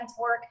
work